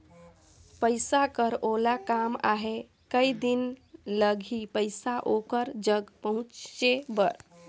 पइसा कर ओला काम आहे कये दिन लगही पइसा ओकर जग पहुंचे बर?